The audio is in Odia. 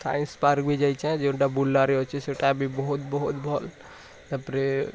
ସାଇନ୍ସ ପାର୍କ ବି ଯାଇଛେ ଯେଉଁଟା ବୁର୍ଲାରେ ଅଛେ ସେଇଟା ବି ବହୁତ ବହୁତ ଭଲ୍ ତା'ପରେ